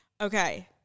Okay